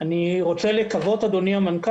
כול מגיעות אלי הרבה שאלות של 25% ממה?